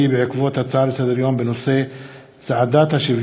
בעקבות דיון בהצעות לסדר-היום שהעלו חברי